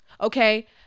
Okay